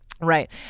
Right